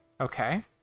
Okay